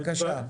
בבקשה.